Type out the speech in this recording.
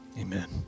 Amen